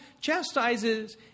Chastises